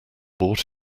bought